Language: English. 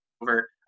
over